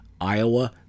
iowa